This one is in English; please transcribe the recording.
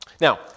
Now